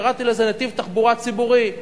קראתי לזה נתיב תחבורה ציבורית,